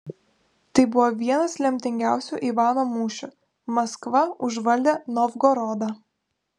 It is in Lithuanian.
tai buvo vienas lemtingiausių ivano mūšių maskva užvaldė novgorodą